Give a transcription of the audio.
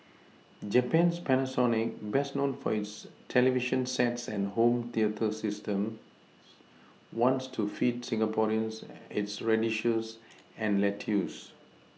Japan's Panasonic best known for its television sets and home theatre systems wants to feed Singaporeans its radishes and lettuce